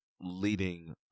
leading